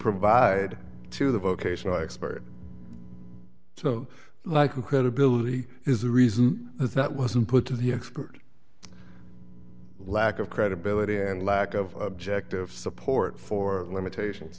provide to the vocational expert so like you credibility is the reason that wasn't put to the expert lack of credibility and lack of ject of support for limitations